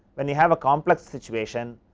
when you have a complex situation,